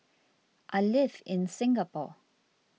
I live in Singapore